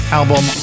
album